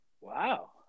Wow